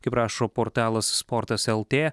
kaip rašo portalas sportas lt